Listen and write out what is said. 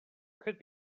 could